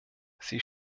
sie